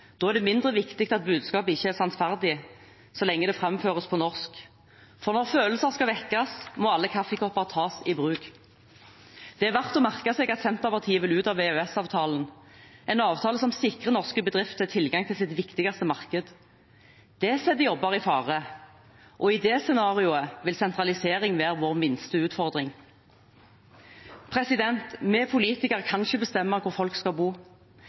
Da er det mindre viktig at budskapet ikke er sannferdig, så lenge det framføres på norsk, for når følelser skal vekkes, må alle kaffekopper tas i bruk. Det er verdt å merke seg at Senterpartiet vil ut av EØS-avtalen, en avtale som sikrer norske bedrifter tilgang til sitt viktigste marked. Det setter jobber i fare, og i det scenarioet vil sentralisering være vår minste utfordring. Vi politikere kan ikke bestemme hvor folk skal bo,